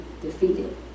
defeated